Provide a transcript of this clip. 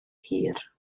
hir